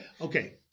Okay